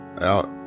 out